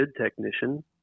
technician